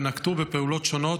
ונקטו פעולות שונות,